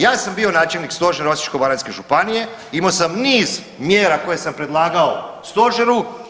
Ja sam bio načelnik Stožera Osječko-baranjske županije imao sam niz mjera koje sam predlagao stožeru.